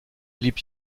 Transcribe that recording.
blieb